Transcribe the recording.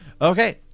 Okay